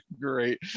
great